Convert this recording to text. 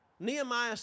Nehemiah